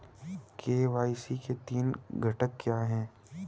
KYC के तीन घटक क्या हैं?